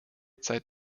zeit